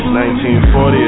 1940